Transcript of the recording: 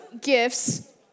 gifts